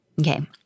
Okay